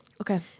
Okay